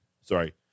Sorry